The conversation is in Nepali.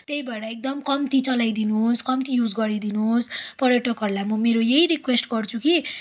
त्यही भएर एकदम कम्ती चलाइदिनु होस् कम्ती युज गरिदिनु होस् पर्यटकहरूलाई म मेरो यही रिक्वेस्ट गर्छु कि